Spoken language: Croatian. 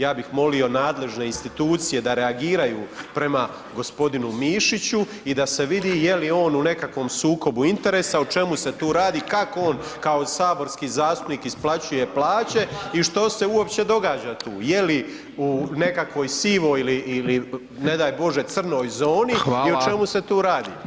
Ja bih molio nadležne institucije da reagiraju prema g. Mišiću i da se vidi je li on u nekakvom sukobu interesa, o čemu se tu radi, kako on kao saborski zastupnik isplaćuje plaće i što se uopće događa tu, je li u nekakvoj sivoj ili ne daj Bože crnoj zoni i o čemu se tu radi.